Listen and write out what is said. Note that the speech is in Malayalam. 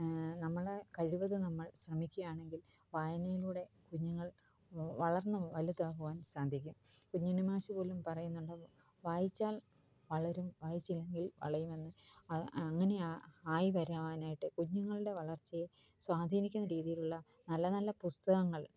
നമ്മള് കഴിവതും നമ്മൾ ശ്രമിക്കയാണെങ്കിൽ വായനയിലൂടെ കുഞ്ഞുങ്ങൾ വളർന്ന് വലുതാകുവാൻ സാധിക്കും കുഞ്ഞുണ്ണി മാഷ് പോലും പറയുന്നുണ്ട് വായിച്ചാൽ വളരും വായിച്ചില്ലെങ്കിൽ വളയുമെന്ന് അത് അങ്ങനെ ആയി വരാനായിട്ട് കുഞ്ഞുങ്ങളുടെ വളർച്ചയെ സ്വാധീനിക്കുന്ന രീതിയിലുള്ള നല്ല നല്ല പുസ്തകങ്ങൾ